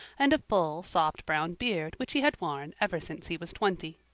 and a full, soft brown beard which he had worn ever since he was twenty.